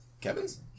Kevin's